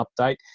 update